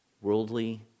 worldly